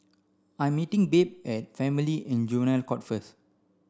I'm meeting Babe at Family and Juvenile Court first